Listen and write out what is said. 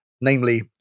namely